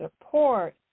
support